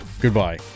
Goodbye